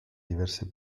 diverse